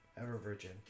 Ever-Virgin